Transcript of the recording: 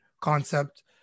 concept